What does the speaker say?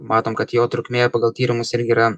matom kad jo trukmė pagal tyrimus irgi yra